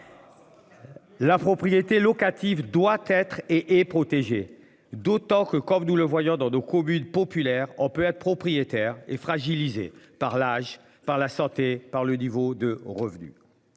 La propriété locative doit être et et protégé. D'autant que, comme nous le voyons dans nos communes populaires, on peut être propriétaire et fragilisé par l'âge par la santé par le niveau de revenus.